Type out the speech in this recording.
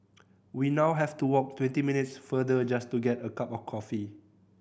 we now have to walk twenty minutes farther just to get a cup of coffee